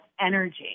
energy